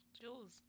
Jules